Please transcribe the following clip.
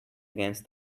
against